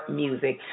music